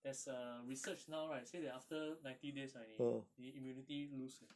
there's a research now right say that after ninety days right 你你 immunity lose eh